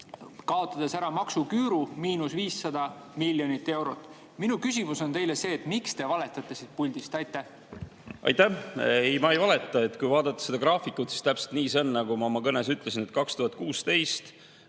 kaotades ära maksuküüru, miinus 500 miljonit eurot. Minu küsimus on teile see: miks te valetate siit puldist? Aitäh! Ei, ma ei valeta. Kui vaadata seda graafikut, siis täpselt nii see on, nagu ma oma kõnes ütlesin – 2016